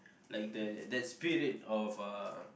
like the that spirit of uh